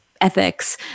ethics